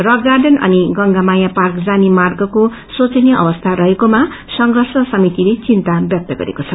rock garden अनि Gangamaya park जाने मार्गको शोचनीय अवस्था रहेकोमा संर्षष समितिले चिन्ता व्यक्त गरेको छ